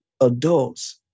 adults